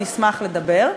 נשמח לדבר,